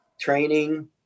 training